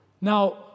Now